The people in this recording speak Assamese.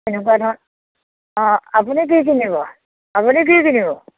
এনেকুৱা ধৰণৰ অঁ আপুনি কি কিনিব আপুনি কি কিনিব